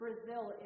Brazil